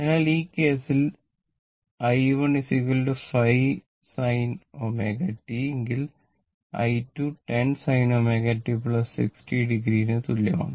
അതിനാൽ ഈ കേസിൽi1 5 sin ω t A i2 10sinω t 60 o ന് തുല്യമാണ്